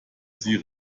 sie